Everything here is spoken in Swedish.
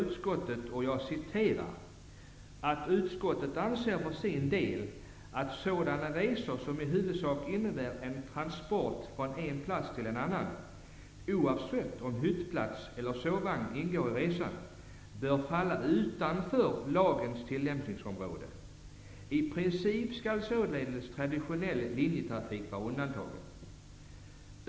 På s. 8 i betänkandet står det: ''Utskottet anser för sin del att sådana resor som i huvudsak innebär en transport från en plats till en annan, oavsett om hyttplats eller sovvagn ingår i resan, bör falla utanför lagens tillämpningsområde. I princip skall således traditionell linjetrafik vara undantagen.